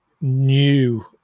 new